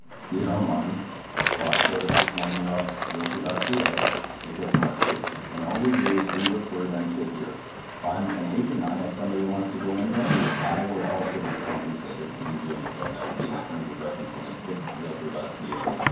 see it online rock showed us this one here off realtor ca it gets marketed and all we do is we refer them to here if i'm an agent i have somebody who wants to go in there i will also be compensated in doing so and that will be in the terms of reference when it hits realtor ah ca